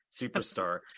superstar